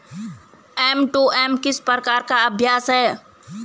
M to M किस प्रकार का अभ्यास है?